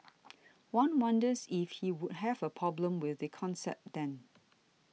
one wonders if he would have a problem with the concept then